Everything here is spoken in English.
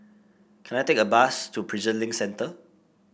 can I take a bus to Prison Link Centre